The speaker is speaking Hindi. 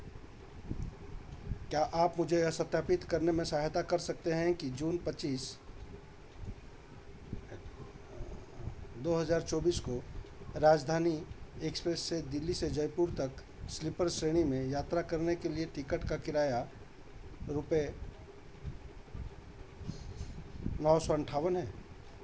क्या आप मुझे यह सत्यापित करने में सहायता कर सकते हैं कि जून पच्चीस दो हज़ार चौबीस को राजधानी एक्सप्रेस से दिल्ली से जयपुर तक स्लीपर श्रेणी में यात्रा करने के लिए टिकट का किराया रुपये नौ सौ अट्ठावन है